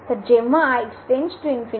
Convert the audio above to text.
तर जेव्हा x →∞